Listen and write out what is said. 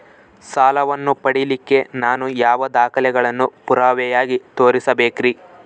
ಸಾಲವನ್ನು ಪಡಿಲಿಕ್ಕೆ ನಾನು ಯಾವ ದಾಖಲೆಗಳನ್ನು ಪುರಾವೆಯಾಗಿ ತೋರಿಸಬೇಕ್ರಿ?